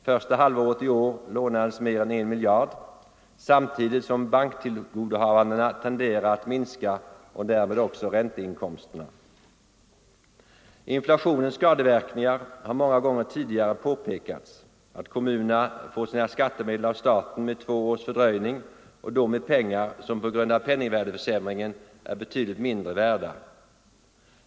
Första halvåret i år lånades mer än en miljard, samtidigt som banktillgodohavandena tenderar att minska och därmed också ränteinkomsterna. Inflationens skadeverkningar har många gånger tidigare påpekats. Kommunerna får sina skattemedel av staten med två års fördröjning och då med pengar som på grund av penningvärdeförsämringen är betydligt mindre värda.